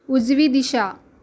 उजवी दिशा